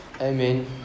Amen